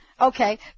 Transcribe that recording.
Okay